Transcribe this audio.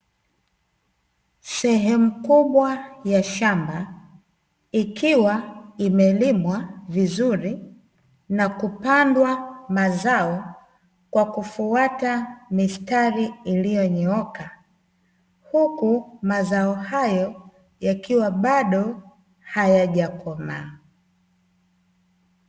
Sehemu kubwa ya shamba, ikiwa imelimwa vizuri na kupandwa mazao kwa kufuata mistari iliyonyooka, huku mazao hayo yakiwa bado hayajakomaa.